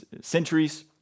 centuries